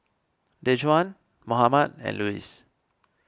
Dejuan Mohammed and Luis